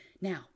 Now